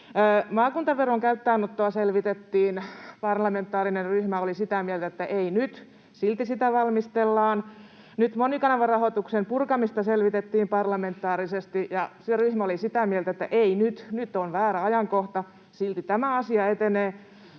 Maakuntaveron käyttöönottoa selvitettiin. Parlamentaarinen ryhmä oli sitä mieltä, että ei nyt, silti sitä valmistellaan. Nyt monikanavarahoituksen purkamista selvitettiin parlamentaarisesti, ja se ryhmä oli sitä mieltä, että ei nyt, nyt on väärä ajankohta — silti tämä asia etenee.